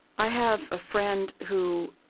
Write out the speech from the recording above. i have a friend who,